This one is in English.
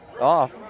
off